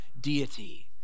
deity